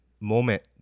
moment